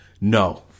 No